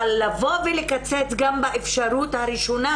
אבל לבוא ולקצץ גם באפשרות הראשונה